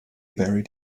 buried